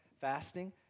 fasting